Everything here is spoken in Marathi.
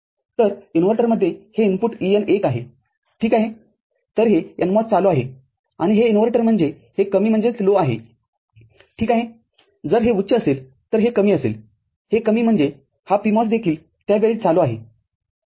तर इन्व्हर्टरमध्ये हे इनपुट EN १आहे ठीक आहेतर हे NMOS चालू आहे आणि हे इनव्हर्टर म्हणजे हे कमी आहे ठीक आहेजर हे उच्चअसेल तर हे कमी असेलहे कमीम्हणजे हा PMOS देखील त्या वेळी चालू आहे ठीक आहे